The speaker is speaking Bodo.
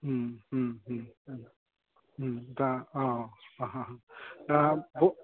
दा अ दा